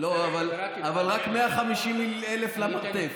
לא, אבל רק 150,000 למרתף.